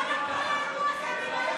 עד כמה כל האירוע הזה נראה לך,